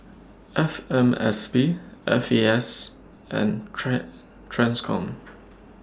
F M S P F A S and Track TRANSCOM